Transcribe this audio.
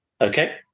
Okay